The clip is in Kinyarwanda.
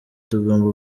tugomba